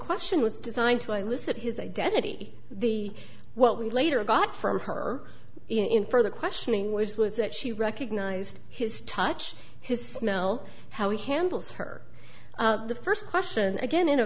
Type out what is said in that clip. question was designed to elicit his identity the what we later got from her in further questioning was was that she recognized his touch his smell how he handles her the first question again in a